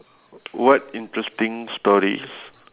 what interesting stories